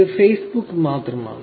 അത് ഫേസ്ബുക്ക് മാത്രമാണ്